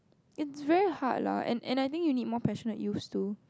and it's very hard lah and and I think you need more passionate youths to